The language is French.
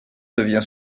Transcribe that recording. devient